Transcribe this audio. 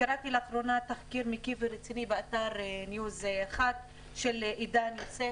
קראתי לאחרונה תחקיר מקיף ורציני באתר ניוז 1 של עידן יוסף